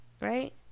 Right